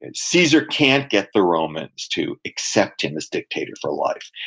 and caesar can't get the romans to accept him as dictator for life.